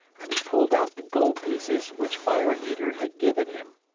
and he pulled out the gold pieces which fire eater had given him.